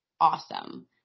awesome